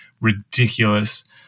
ridiculous